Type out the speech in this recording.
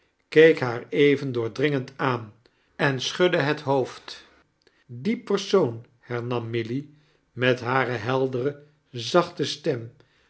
keek haar even doordringend aan en schudde het hoofd die persoon hernam milly met hare heldere zachte stem